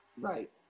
Right